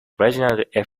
reginald